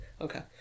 Okay